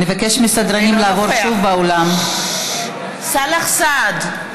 אינו נוכח סאלח סעד,